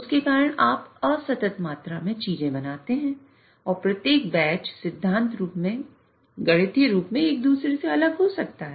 उसके कारण आप असतत मात्रा में चीजें बनाते हैं और प्रत्येक बैच सिद्धांत रूप में गणितीय रूप में एक दूसरे से अलग हो सकता है